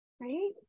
right